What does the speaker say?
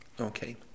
okay